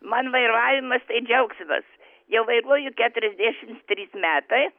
man vairavimas tai džiaugsmas jau vairuoju keturiasdešim trys metai